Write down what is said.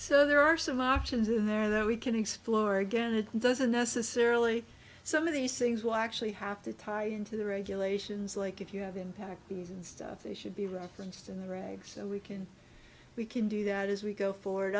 so there are some options in there that we can explore again it doesn't necessarily some of these things will actually have to tie into the regulations like if you have impact things and stuff they should be referenced in the regs so we can we can do that as we go forward